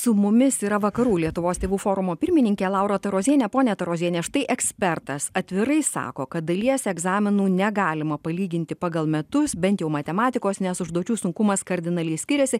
su mumis yra vakarų lietuvos tėvų forumo pirmininkė laura tarozienė ponia taroziene štai ekspertas atvirai sako kad dalies egzaminų negalima palyginti pagal metus bent jau matematikos nes užduočių sunkumas kardinaliai skiriasi